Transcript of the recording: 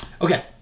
Okay